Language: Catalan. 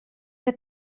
que